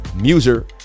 Muser